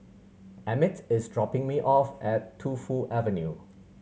emmit is dropping me off at Tu Fu Avenue